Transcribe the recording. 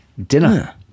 Dinner